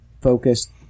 focused